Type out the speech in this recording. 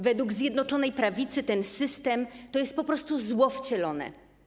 Według Zjednoczonej Prawicy ten system to jest po prostu zło wcielone.